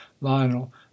lionel